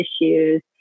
issues